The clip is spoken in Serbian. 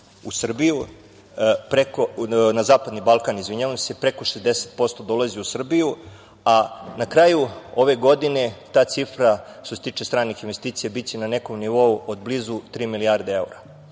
u Srbiju, na zapadni Balkan, izvinjavam se, preko 60% dolazi u Srbiju, a na kraju ove godine ta cifra što se tiče stranih investicija biće na nekom nivou od blizu tri milijarde